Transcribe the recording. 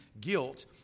guilt